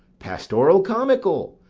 pastoral-comical,